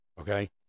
okay